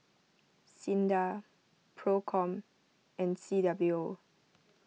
Sinda Procom and C W O